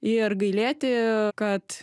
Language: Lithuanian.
ir gailėti kad